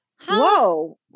Whoa